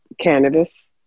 cannabis